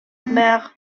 mer